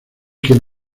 quien